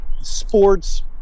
sports